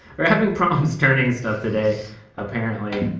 we're having problems turning stuff today apparently.